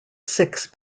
six